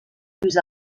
lluís